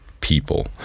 people